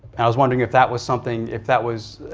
i was wondering if that was something, if that was.